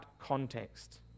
context